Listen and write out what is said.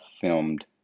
filmed